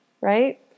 Right